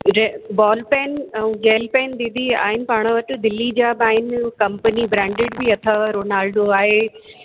जे ball pen ऐं gel pen दीदी आहिनि पाण वटि दिल्ली जा बि आहिनि कंपनी ब्रांडिड बि अथव रोनाल्डो आहे